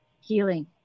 healing